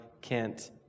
Kent